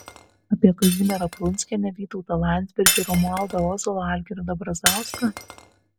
apie kazimierą prunskienę vytautą landsbergį romualdą ozolą algirdą brazauską